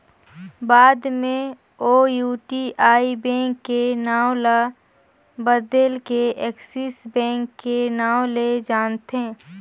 बाद मे ओ यूटीआई बेंक के नांव ल बदेल के एक्सिस बेंक के नांव ले जानथें